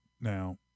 Now